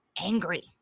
angry